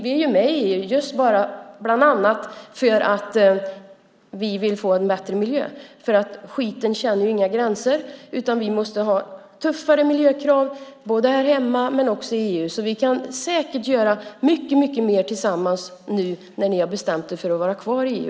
Vi är ju med bland annat för att vi vill få en bättre miljö. Skiten känner ju inga gränser. Vi måste ha tuffare miljökrav både här hemma och i EU. Vi kan säkert göra mycket mer tillsammans nu när ni har bestämt er för att vara kvar i EU.